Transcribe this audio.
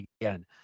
again